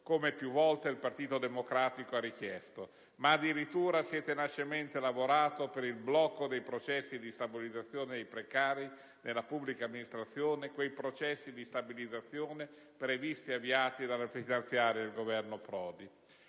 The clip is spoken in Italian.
come più volte il Partito Democratico ha richiesto, ma addirittura si è tenacemente lavorato per il blocco dei processi di stabilizzazione dei precari nella pubblica amministrazione, quei processi di stabilizzazione previsti e avviati dalle finanziarie del Governo Prodi.